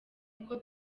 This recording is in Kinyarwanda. kuko